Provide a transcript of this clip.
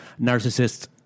Narcissist